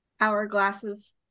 Hourglasses